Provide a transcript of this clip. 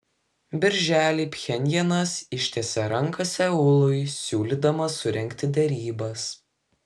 birželį pchenjanas ištiesė ranką seului siūlydamas surengti derybas